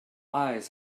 eyes